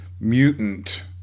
mutant